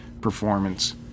performance